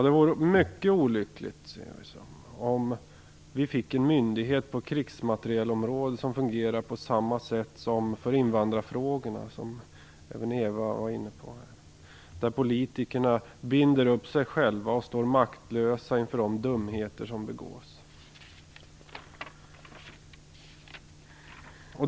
Det vore mycket olyckligt om vi fick en myndighet på krigsmaterielområdet som fungerar på samma sätt som när det gäller invandrarfrågorna, som även Eva Zetterberg var inne på, där politikerna binder upp sig själva och står maktlösa inför de dumheter som begås.